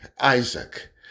Isaac